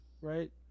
right